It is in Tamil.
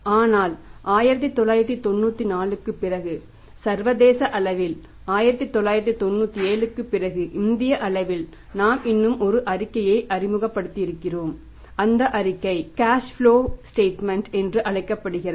ஆனால் 1994 க்குப் பிறகு சர்வதேச அளவில் 1997 க்குப் பிறகு இந்திய அளவில் நாம் இன்னும் ஒரு அறிக்கையை அறிமுகப்படுத்துகிறோம் அந்த அறிக்கை கேஷ் ப்லோ ஸ்டேட்மெண்ட் என்று அழைக்கப்படுகிறது